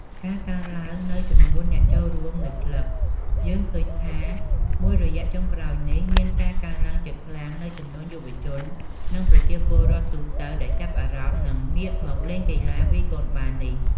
ការកើនឡើងនូវចំនួនអ្នកចូលរួមនៅក្លឹប យើងឃើញថាមួយរយៈចុងក្រោយនេះ មានការកើនឡើងជាខ្លាំងនូវចំនួនយុវជន និងប្រជាពលរដ្ឋទូទៅដែលចាប់អារម្មណ៍និងងាកមកលេងកីឡាវាយកូនបាល់នេះ។